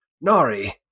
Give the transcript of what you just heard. Nari